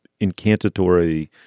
incantatory